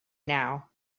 now